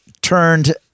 turned